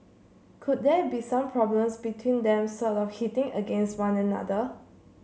could there be some problems between them sort of hitting against one another